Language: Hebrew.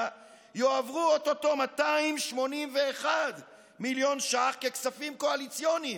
יועברו או-טו-טו 281 מיליון שקל ככספים קואליציוניים.